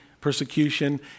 persecution